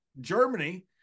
Germany